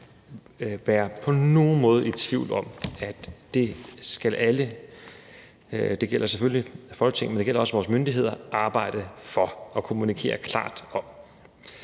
på nogen måde være i tvivl om, at det skal alle – det gælder selvfølgelig Folketinget, men det gælder også vores myndigheder – arbejde for at kommunikere klart om.